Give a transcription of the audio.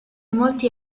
molti